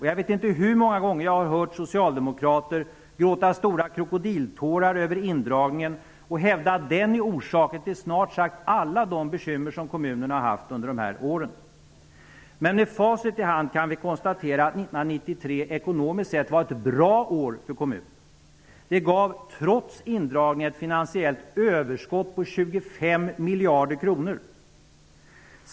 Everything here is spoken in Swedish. Jag vet inte hur många gånger jag har hört socialdemokrater gråta stora krokodiltårar över indragningen och hävda att den är orsaken till snart sagt alla de bekymmer som kommunerna har haft under de här åren. Men med facit i hand kan vi konstatera att 1993, ekonomiskt sett, var ett bra år för kommunerna. Det gav, trots indragningen, ett finansiellt överskott på 25 miljarder kronor.